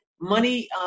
Money